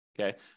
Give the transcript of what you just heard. okay